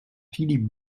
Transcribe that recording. philippe